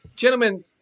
Gentlemen